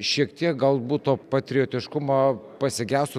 šiek tiek galbūt to patriotiškumo pasigeso